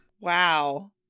Wow